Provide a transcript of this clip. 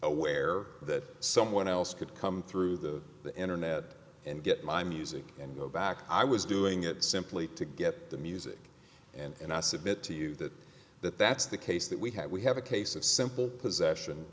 aware that someone else could come through the the internet and get my music and go back i was doing it simply to get the music and i submit to you that that that's the case that we have we have a case of simple possession